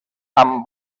amb